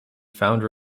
founder